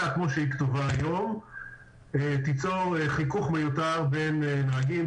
כמו שהיא כתובה היום ייצור חיכוך מיותר בין נהגים,